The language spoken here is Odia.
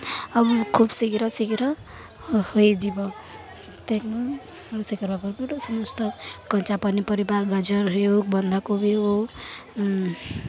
ଆଉ ମୁଁ ଖୁବ୍ ଶୀଘ୍ର ଶିଘ୍ର ହୋଇଯିବ ତେଣୁ ରୋଷେଇ ପୂର୍ବରୁ ସମସ୍ତ କଞ୍ଚା ପନିପରିବା ଗାଜର ହେଉ ବନ୍ଧାକୋବି ହେଉ